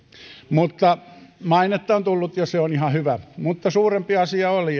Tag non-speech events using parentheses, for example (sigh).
mutta mainetta on tullut ja se on ihan hyvä suurempi asia oli (unintelligible)